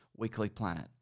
weeklyplanet